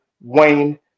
wayne